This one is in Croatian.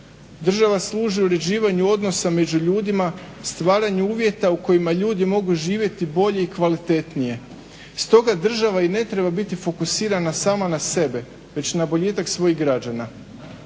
država služi uređivanju odnosa među ljudima, stvaranju uvjeta u kojima ljudi mogu živjeti bolje i kvalitetnije. Stoga država i ne treba biti fokusirana sama na sebe već na boljitak svojih građana.